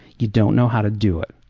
you don't know how to do it,